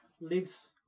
lives